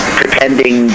pretending